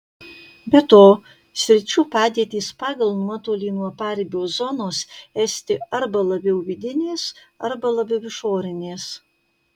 be to sričių padėtys pagal nuotolį nuo paribio zonos esti arba labiau vidinės arba labiau išorinės